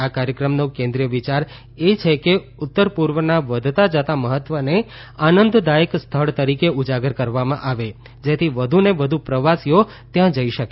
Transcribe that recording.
આ કાર્યક્રમનો કેન્દ્રિય વિચાર એ છે કે ઉત્તર પૂર્વના વધતા જતા મહત્વને આનંદદાયક સ્થળ તરીકે ઉજાગર કરવામાં આવે જેથી વધુને વધુ પ્રવાસીઓ ત્યાં જઈ શકે